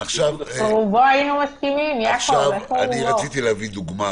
אני רציתי להביא דוגמה